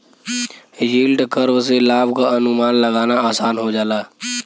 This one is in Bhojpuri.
यील्ड कर्व से लाभ क अनुमान लगाना आसान हो जाला